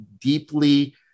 deeply